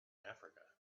africa